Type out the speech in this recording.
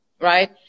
Right